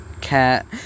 cat